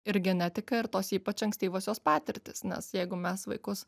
ir genetinka ir tos ypač ankstyvosios patirtys nes jeigu mes vaikus